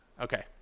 Okay